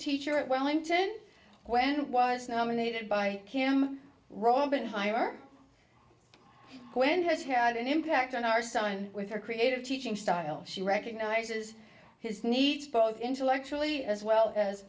teacher at wellington when he was nominated by kim roman higher when has had an impact on our son with her creative teaching style she recognises his needs both intellectually as well as